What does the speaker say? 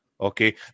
Okay